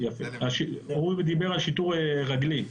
הוא דיבר על שיטור רגלי.